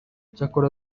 cyakora